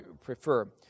prefer